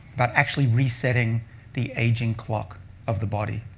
but actually resetting the aging clock of the body.